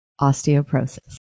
osteoporosis